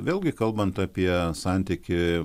vėlgi kalbant apie santykį